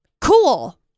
Cool